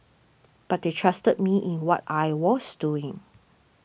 but they trusted me in what I was doing